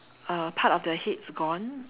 uh part of their heads gone